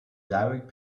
direct